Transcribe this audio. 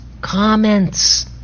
comments